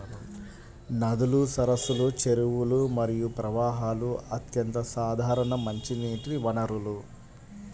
నదులు, సరస్సులు, చెరువులు మరియు ప్రవాహాలు అత్యంత సాధారణ మంచినీటి వనరులు